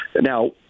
Now